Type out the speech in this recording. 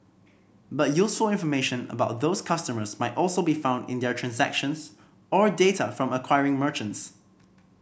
but useful information about those customers might also be found in their transactions or data from acquiring merchants